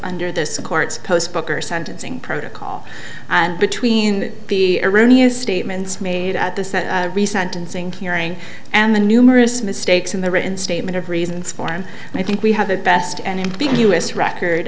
under this court's booker sentencing protocol and between the erroneous statements made at the resentencing hearing and the numerous mistakes in the written statement of reasons for him i think we have the best and in the us record